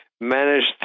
managed